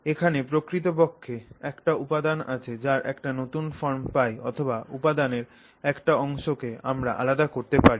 এখানে প্রকৃতপক্ষে একটা উপাদান আছে যার একটা নূতন ফর্ম পাই অথবা উপাদানের একটা অংশকে আমরা আলাদা করতে পারি